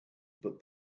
but